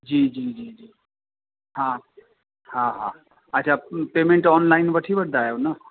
जी जी जी जी हा हा हा अच्छा पेमेंट ऑनलाइन वठी वठंदा आहियो न